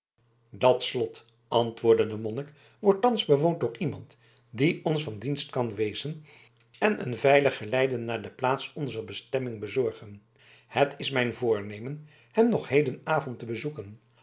dat slot antwoordde de monnik wordt thans bewoond door iemand die ons van dienst kan wezen en een veilig geleide naar de plaats onzer bestemming bezorgen het is mijn voornemen hem nog hedenavond te bezoeken